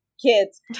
kids